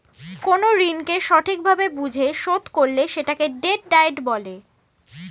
কোন ঋণকে সঠিক ভাবে বুঝে শোধ করলে সেটাকে ডেট ডায়েট বলে